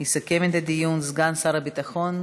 יסכם את הדיון סגן שר הביטחון